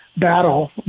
Battle